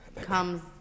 comes